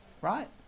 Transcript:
right